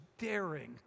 daring